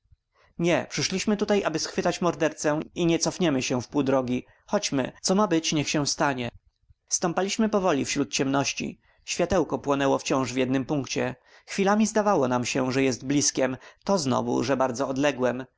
nie przyszliśmy tutaj aby schwytać mordercę i nie cofniemy się w pół drogi chodźmy co ma być niech się stanie stąpaliśmy powoli wśród ciemności światełko płonęło wciąż w jednym punkcie chwilami zdawało nam się że jest blizkiem to znów że bardzo odległem